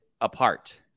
apart